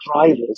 drivers